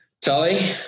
Tully